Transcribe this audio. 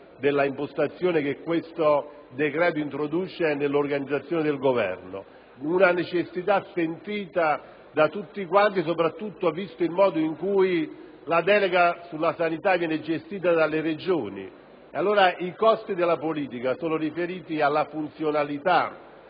della struttura che tale decreto introduce nell'organizzazione del Governo, una necessità sentita da tutti, soprattutto visto il modo con cui la delega sulla sanità viene gestita dalle Regioni. Ma allora i costi della politica sono riferiti alla funzionalità